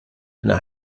einer